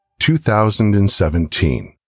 2017